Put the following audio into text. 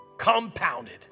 compounded